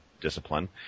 discipline